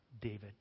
David